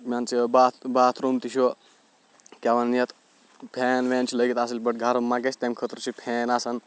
مان ژٕ bath bathroom تہِ چھُ کیاہ وَنان یَتھ فین وین چھُ لٲگِتھ اَصٕل پٲٹھۍ گرم مہ گژھِ تَمہِ خٲطرٕ چھُ فین آسان